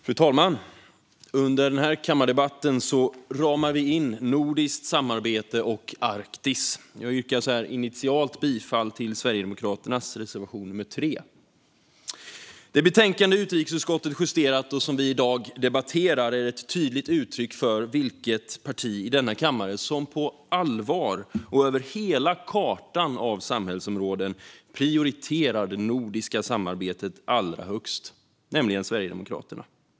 Fru talman! Under denna kammardebatt ramar vi in nordiskt samarbete och Arktis. Jag yrkar så här initialt bifall till Sverigedemokraternas reservation nummer 3. Det betänkande som utrikesutskottet justerat och som vi i dag debatterar är ett tydligt uttryck för vilket parti i denna kammare som på allvar och över hela kartan av samhällsområden prioriterar det nordiska samarbetet allra högst, nämligen Sverigedemokraterna.